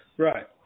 Right